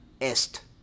Est